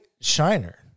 Shiner